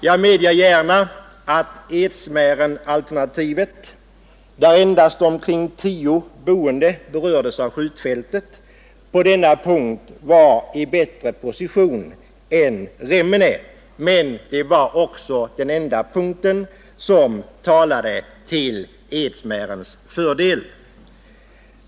Jag medger gärna att Edsmärenalternativet, där endast omkring 10 boende berördes av skjutfältet, på denna punkt var i bättre position än Remmene; men det var också den enda punkten som talade till Edsmärens fördel.